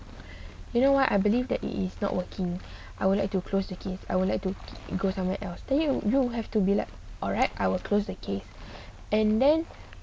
you know why I believe that it is not working I would like to close the case I would like to go somewhere else then you you have to be let alright I will close the case and then